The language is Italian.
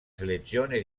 selezione